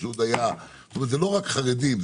זה לא רק חרדים.